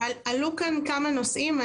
עלו כאן כמה נושאים.